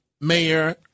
Mayor